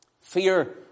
fear